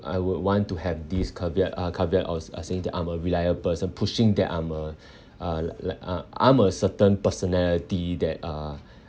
I would want to have this caveat uh caveat of of saying that I'm a reliable person pushing that I'm a uh like like uh I'm a certain personality that uh